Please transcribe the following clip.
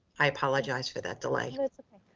i apologize, for that delay. that's okay,